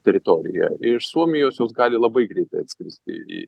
teritoriją iš suomijos jos gali labai greitai atskristi į